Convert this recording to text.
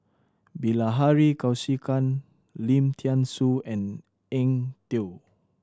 Bilahari Kausikan Lim Thean Soo and Eng Tow